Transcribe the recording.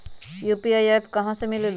UPI app कहा से मिलेलु?